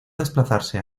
desplazarse